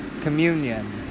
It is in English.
communion